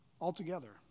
altogether